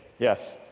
yes,